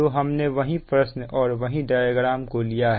तो हमने वही प्रश्न और वही डायग्राम को लिया है